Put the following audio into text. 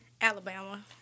Alabama